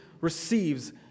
receives